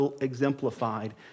exemplified